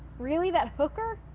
really, that hooker?